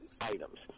items